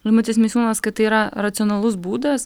eimutis misiūnas kai tai yra racionalus būdas